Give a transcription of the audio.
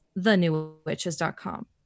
thenewwitches.com